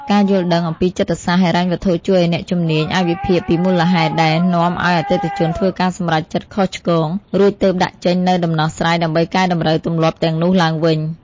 ការយល់ដឹងអំពីចិត្តសាស្ត្រហិរញ្ញវត្ថុជួយឱ្យអ្នកជំនាញអាចវិភាគពីមូលហេតុដែលនាំឱ្យអតិថិជនធ្វើការសម្រេចចិត្តខុសឆ្គង រួចទើបដាក់ចេញនូវដំណោះស្រាយដើម្បីកែតម្រូវទម្លាប់ទាំងនោះឡើងវិញ។